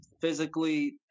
physically